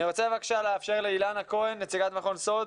אני רוצה לאפשר לאילנה כהן נציגת מכון סאלד